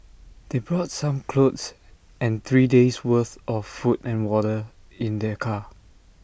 they brought some clothes and three days'worth of food and water in their car